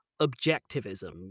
objectivism